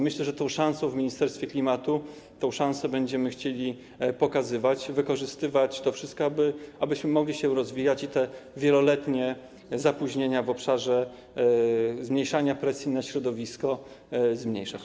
Myślę, że w Ministerstwie Klimatu tę szansę będziemy chcieli pokazywać i wykorzystywać to wszystko po to, abyśmy mogli się rozwijać i te wieloletnie zapóźnienia w obszarze zmniejszania presji na środowisko zmniejszać.